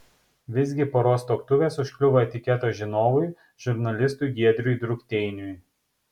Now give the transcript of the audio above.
visgi poros tuoktuvės užkliuvo etiketo žinovui žurnalistui giedriui drukteiniui